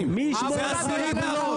פורר, מי ישמור לך על הגבולות?